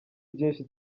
byinshi